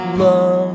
love